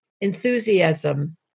enthusiasm